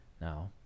Now